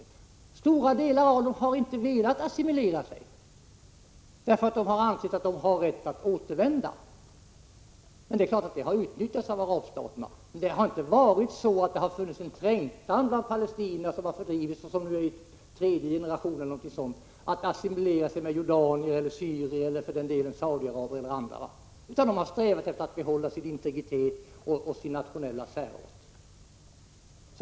En stor del av befolkningen har inte velat assimilera sig, eftersom man har ansett sig ha rätt att återvända. Det är klart att detta har utnyttjats av arabstaterna. Men det har inte funnits någon trängtan bland de fördrivna palestinierna — och nu rör det sig kanske om den tredje generationen — att assimilera sig med jordanier, syrier eller saudiarabier och andra. Palestinierna har strävat efter att bibehålla sin integritet och sin nationella särart.